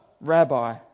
Rabbi